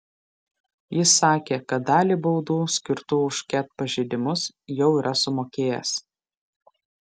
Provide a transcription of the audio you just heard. jis sakė kad dalį baudų skirtų už ket pažeidimus jau yra sumokėjęs